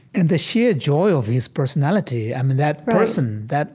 and the sheer joy of his personality, i mean, that person that